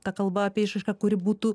ta kalba apie išraišką kuri būtų